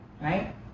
Right